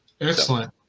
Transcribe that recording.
Excellent